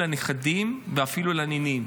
לנכדים ואפילו לנינים.